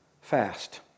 Fast